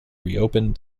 reopen